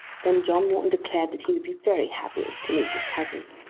then john morton declared that he would be very happy to meet his cousin.